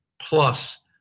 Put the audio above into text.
plus